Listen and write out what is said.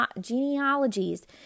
genealogies